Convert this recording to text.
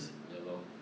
ya lor